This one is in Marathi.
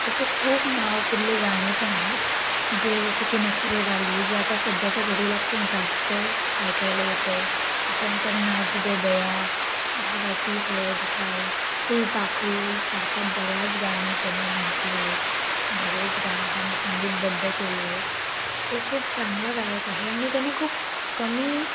त्याचे खूप नावपुरले गाणे पण आहेत जे जसं की नखरेवाली जे आता सध्याच्या घडीला खूप जास्त ऐकायला येत आहे त्याच्यानंतर नाच गं बया भावाची हळद हाय फुलपाखरू सारख्या बऱ्याच गाणे त्याने म्हटले आहेत बरेच गाणं त्याने संगीतबद्ध केले आहेत तो खूप चांगला गायक आहे आणि त्याने खूप कमी